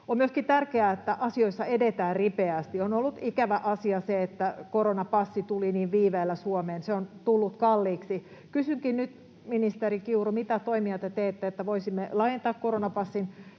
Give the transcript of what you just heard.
On myöskin tärkeää, että asioissa edetään ripeästi. On ollut ikävä asia se, että koronapassi tuli niin viiveellä Suomeen. Se on tullut kalliiksi. Kysynkin nyt, ministeri Kiuru: Mitä toimia te teette, että voisimme laajentaa koronapassin